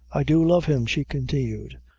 i do love him, she continued,